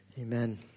Amen